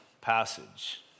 passage